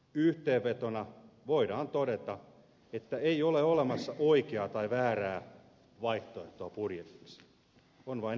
yhteenvetona voidaan todeta että ei ole olemassa oikeaa tai väärää vaihtoehtoa budjetiksi on vain erilaisia vaihtoehtoja